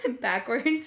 Backwards